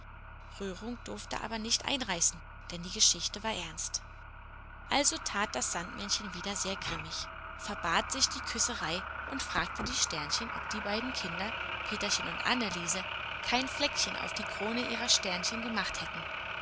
rührung durfte aber nicht einreißen denn die geschichte war ernst also tat das sandmännchen wieder sehr grimmig verbat sich die küsserei und fragte die sternchen ob die beiden kinder peterchen und anneliese kein fleckchen auf die kronen ihrer sternchen gemacht hätten